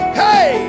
hey